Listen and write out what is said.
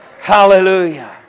Hallelujah